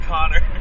Connor